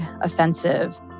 offensive